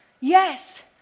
Yes